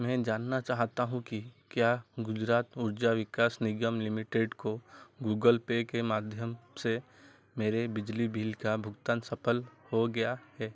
मैं जानना चाहता हूँ कि क्या गुजरात ऊर्जा विकास निगम लिमिटेड को गूगल पे के माध्यम से मेरे बिजली बिल का भुगतान सफल हो गया है